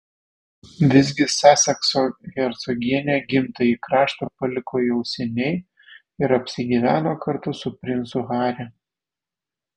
visgi sasekso hercogienė gimtąjį kraštą paliko jau seniai ir apsigyveno kartu su princu harry